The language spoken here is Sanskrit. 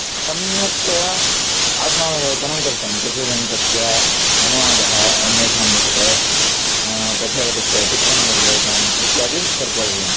सम्यक्तया आत्मावलोकनं कर्तव्यं प्रतिदिनं तस्य अनुवादः अन्येषां निकटे तथैव तस्य टिप्पणिः उल्लेखनम् इत्यादि कर्तव्यम्